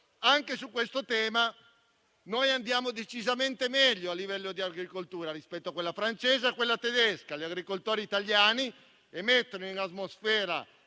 Anche su questo tema andiamo decisamente meglio, a livello di agricoltura, rispetto alla Francia e alla Germania. Gli agricoltori italiani emettono in atmosfera